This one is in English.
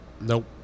Nope